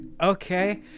okay